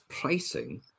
pricing